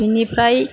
बिनिफ्राय